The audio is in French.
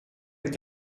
est